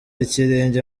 ikirenge